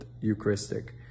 Eucharistic